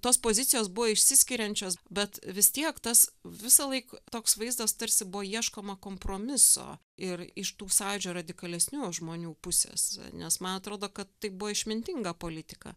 tos pozicijos buvo išsiskiriančios bet vis tiek tas visąlaik toks vaizdas tarsi buvo ieškoma kompromiso ir iš tų sąjūdžio radikalesnių žmonių pusės nes man atrodo kad tai buvo išmintinga politika